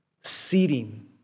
Seating